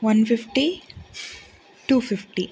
one fifty two fifty